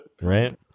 Right